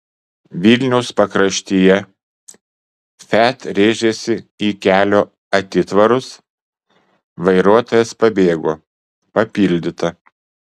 vilniaus pakraštyje fiat rėžėsi į kelio atitvarus vairuotojas pabėgo papildyta